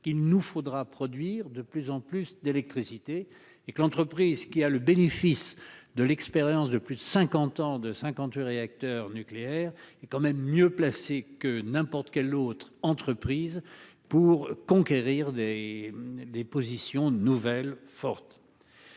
qu'il nous faudra produire de plus en plus d'électricité et que l'entreprise qui a le bénéfice de l'expérience de plus de 50 ans de 58 réacteurs nucléaires est quand même mieux placées que n'importe quelle autre entreprise pour conquérir des des positions nouvelles forte.